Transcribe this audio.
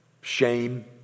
Shame